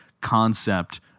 concept